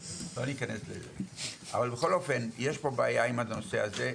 ניכנס לזה, אבל בכל אופן יש פה בעיה עם הנושא הזה,